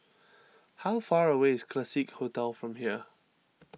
how far away is Classique Hotel from here